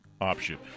option